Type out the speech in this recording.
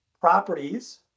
properties